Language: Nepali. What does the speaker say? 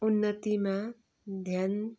उन्नतिमा ध्यान